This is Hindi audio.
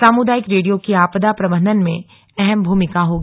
सामुदायिक रेडियो की आपदा प्रबंधन में अहम भूमिका होगी